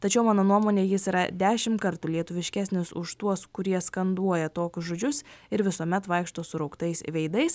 tačiau mano nuomone jis yra dešim kartų lietuviškesnis už tuos kurie skanduoja tokius žodžius ir visuomet vaikšto surauktais veidais